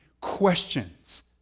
questions